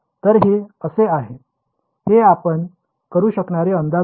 तर हे असे आहे हे आपण करू शकणारे अंदाज आहेत